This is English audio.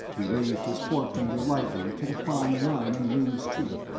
he raised his forefinger lightly to the fine line on ringg's cheek.